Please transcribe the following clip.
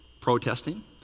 protesting